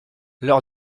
leur